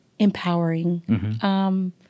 Empowering